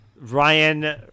Ryan